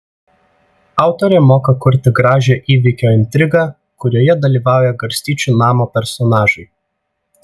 autorė moka kurti gražią įvykio intrigą kurioje dalyvauja garstyčių namo personažai